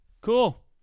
cool